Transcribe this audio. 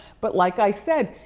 but like i said,